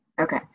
Okay